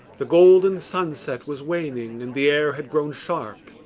the golden sunset was waning and the air had grown sharp.